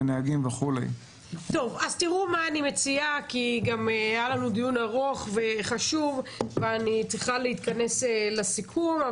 היה לנו דיון ארוך וחשוב אני צריכה להתכנס לסיכום.